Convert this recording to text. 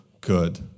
good